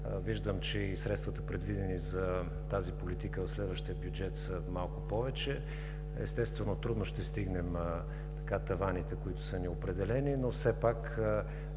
Виждам, че и средствата, предвидени за тази политика в следващия бюджет, са малко повече. Естествено, трудно ще стигнем таваните, които са ни определени, но все пак